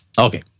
Okay